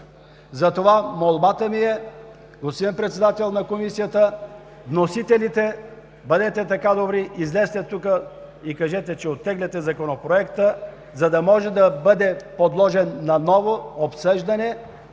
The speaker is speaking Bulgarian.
Затова молбата ми е, господин Председател на Комисията и вносителите, бъдете така добри, излезте и кажете, че оттегляте Законопроекта, за да може да бъде подложен на ново обсъждане